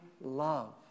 love